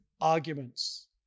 arguments